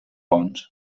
fonts